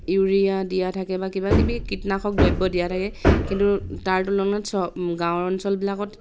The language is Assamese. ইউৰিয়া দিয়া থাকে বা কিবা কিবি কীটনাশক দ্ৰব্য দিয়া থাকে কিন্তু তাৰ তুলনাত চ গাঁও অঞ্চলবিলাকত